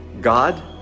God